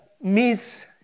miss